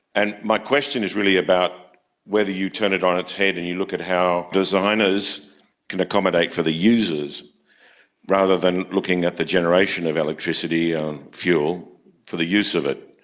and my question is really about whether you turn it on its head and you look at how designers can accommodate for the users rather than looking at the generation of electricity on fuel for the use of it.